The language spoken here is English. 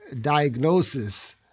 diagnosis